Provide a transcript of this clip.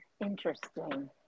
interesting